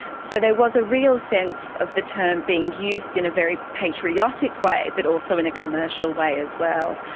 so there was a real sense of the term being used in a very patriotic way but also in a commercial way as well.